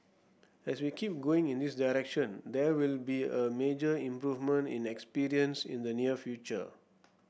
as we keep going in this direction there will be a major improvement in experience in the near future